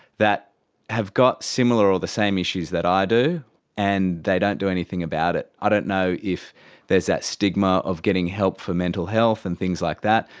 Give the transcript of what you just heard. that have got similar or the same issues that i do and they don't do anything about it. i don't know if there's that stigma of getting help for mental health and things like that.